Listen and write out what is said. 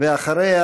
ואחריה,